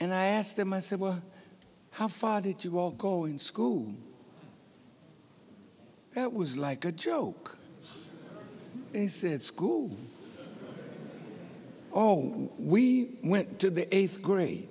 and i asked them i said well how far did you all go in school that was like a joke he said school oh we went to the eighth grade